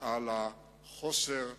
חוסר האמינות,